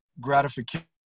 gratification